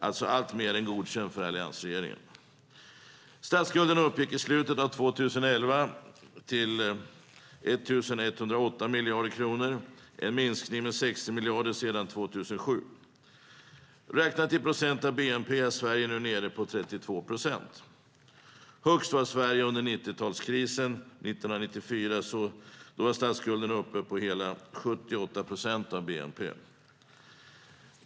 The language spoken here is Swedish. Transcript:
Det är alltså mer än godkänt för alliansregeringen. I slutet av 2011 uppgick statsskulden till 1 108 miljarder kronor. Det är en minskning med 60 miljarder sedan 2007. Räknat i procent av bnp är Sverige nu nere på 32 procent. Högst var statsskulden i Sverige under 90-talskrisen. År 1994 var statsskulden uppe på hela 78 procent av bnp.